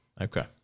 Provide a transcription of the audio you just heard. Okay